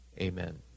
amen